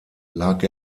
lag